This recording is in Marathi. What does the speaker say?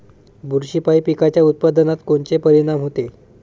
बुरशीपायी पिकाच्या उत्पादनात कोनचे परीनाम होते?